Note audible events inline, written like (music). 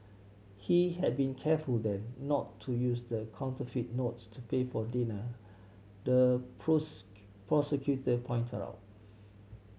he had been careful then not to use the counterfeit notes to pay for dinner the (unintelligible) prosecutor pointed out